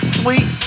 sweet